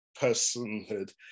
personhood